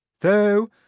Though